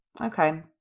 okay